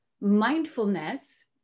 mindfulness